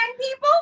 people